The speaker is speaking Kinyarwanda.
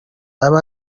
abe